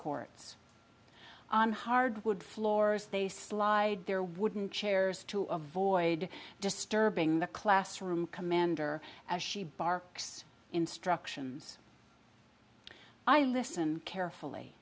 courts on hardwood floors they slide there wouldn't chairs to avoid disturbing the classroom commander as she barks instructions i listen carefully